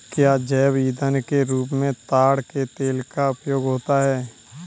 क्या जैव ईंधन के रूप में ताड़ के तेल का उपयोग होता है?